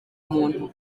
muntu